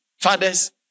Fathers